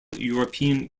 european